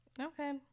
Okay